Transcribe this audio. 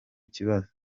kibazo